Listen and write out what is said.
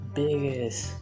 biggest